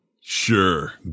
Sure